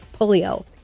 polio